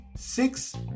Six